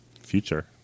future